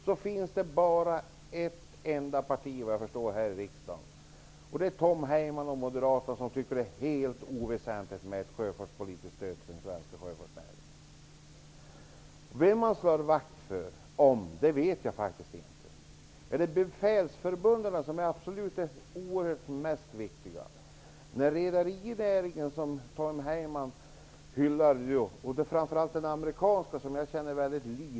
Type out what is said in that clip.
Det är helt obegripligt att ett parti i riksdagen, Moderaterna, tycker att det är helt oväsentligt med ett sjöfartspolitiskt stöd till den svenska sjöfartsnäringen. Jag förstår inte vem man egentligen slår vakt om. Är det befälsförbunden som är absolut viktigast? Tom Heyman hyllar framför allt den amerikanska rederinäringen.